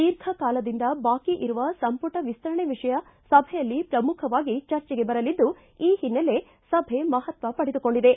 ದೀರ್ಘ ಕಾಲದಿಂದ ಬಾಕಿ ಇರುವ ಸಂಪುಟ ವಿಸ್ತರಣೆ ವಿಷಯ ಸಭೆಯಲ್ಲಿ ಶ್ರಮುಖವಾಗಿ ಚರ್ಚೆಗೆ ಬರಲಿದ್ದು ಈ ಹಿನ್ನೆಲೆ ಸಭೆ ಮಹತ್ವ ಪಡೆದುಕೊಂಡಿದೆ